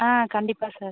ஆ கண்டிப்பாக சார்